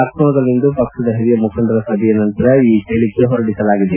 ಲಕ್ನೋದಲ್ಲಿಂದು ಪಕ್ಷದ ಹಿರಿಯ ಮುಖಂಡರ ಸಭೆಯ ನಂತರ ಈ ಹೇಳಿಕೆ ಹೊರಡಿಸಲಾಗಿದೆ